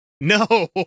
no